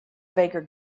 baker